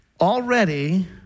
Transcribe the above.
Already